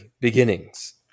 beginnings